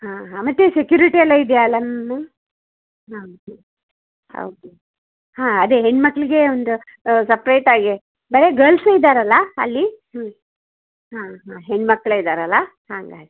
ಹಾಂ ಹಾಂ ಮತ್ತು ಸೆಕ್ಯುರಿಟಿ ಅಲ್ಲ ಇದ್ಯಲ್ಲಾ ಮ್ಯಾಮ್ ಹೌದು ಹೌದು ಹಾಂ ಅದೇ ಹೆಣ್ಮಕ್ಕಳಿಗೆ ಒಂದು ಸಪ್ರೇಟಾಗೆ ಬರೇ ಗರ್ಲ್ಸೇ ಇದ್ದಾರಲ್ಲ ಅಲ್ಲಿ ಹ್ಞೂ ಹಾಂ ಹಾಂ ಹೆಣ್ಮಕ್ಕಳೇ ಇದಾರಲ್ಲ ಹಾಗಾಗಿ